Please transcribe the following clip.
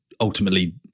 ultimately